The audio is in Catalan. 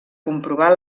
comprovar